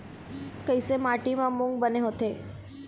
कइसे माटी म मूंग बने होथे?